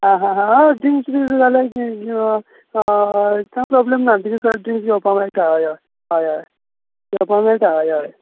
आं हां हां हय ड्रिंक्स बी जाल्यार हय कांय प्रोब्लम ना किदें तर ड्रिंक घेवपा मेळटा हय हय हय हय घेवपा मेळटा हय हय